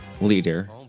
leader